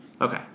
Okay